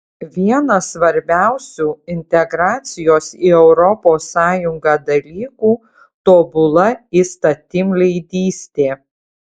vienas svarbiausių integracijos į europos sąjungą dalykų tobula įstatymleidystė